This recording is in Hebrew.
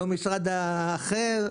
לא משרד אחר.